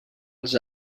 els